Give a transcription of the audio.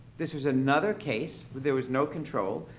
this was another case where there was no control.